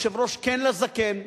יושב-ראש "כן לזקן",